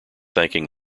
thanking